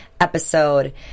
episode